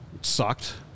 Sucked